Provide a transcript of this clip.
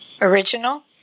original